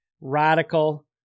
radical